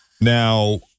Now